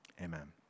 Amen